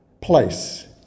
place